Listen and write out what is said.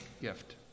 gift